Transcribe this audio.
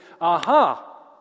aha